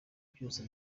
byose